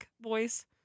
voice